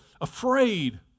afraid